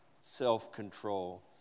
Self-control